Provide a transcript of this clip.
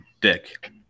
dick